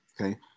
okay